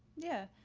yeah.